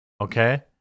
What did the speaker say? Okay